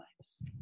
lives